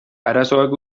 arazoak